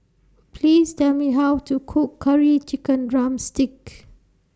Please Tell Me How to Cook Curry Chicken Drumstick